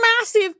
massive